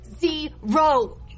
zero